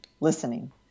listening